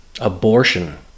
Abortion